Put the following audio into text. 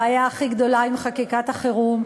הבעיה הכי גדולה עם חקיקת החירום,